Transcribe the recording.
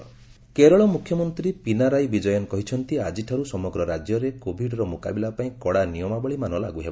Kerala lockdown Kerala ମୁଖ୍ୟମନ୍ତ୍ରୀ ପିନାରାଇ ବିଜୟନ କହିଛନ୍ତି ଆଜିଠାରୁ ସମଗ୍ର ରାଜ୍ୟରେ କୋବିଡର ମୁକାବିଲା ପାଇଁ କଡ଼ା ନିୟମାବଳୀମାନ ଲାଗୁ ହେବ